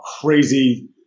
crazy